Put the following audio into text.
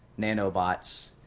nanobots